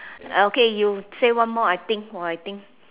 okay you say one more I think or I think